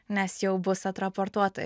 nes jau bus atraportuota